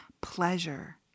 Pleasure